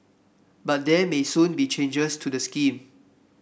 but there may soon be changes to the scheme